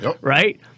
Right